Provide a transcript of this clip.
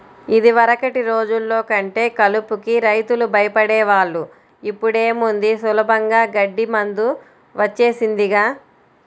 యిదివరకటి రోజుల్లో అంటే కలుపుకి రైతులు భయపడే వాళ్ళు, ఇప్పుడేముంది సులభంగా గడ్డి మందు వచ్చేసిందిగా